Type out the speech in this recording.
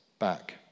back